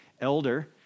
Elder